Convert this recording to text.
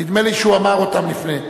נדמה לי שהוא אמר אותם לפני.